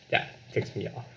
ya piss me off